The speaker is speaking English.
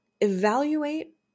evaluate